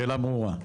השאלה ברורה.